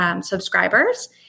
subscribers